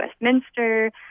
Westminster